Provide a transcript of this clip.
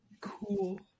cool